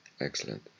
Excellent